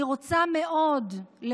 אני רוצה להודות